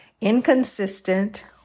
Inconsistent